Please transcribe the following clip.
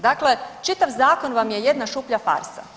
Dakle, čitav zakon vam je jedna šuplja farsa.